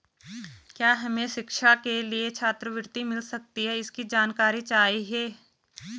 क्या हमें शिक्षा के लिए छात्रवृत्ति मिल सकती है इसकी जानकारी चाहिए?